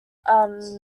are